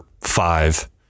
five